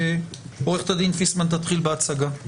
עורכת הדין פיסמן תתחיל בהצגה.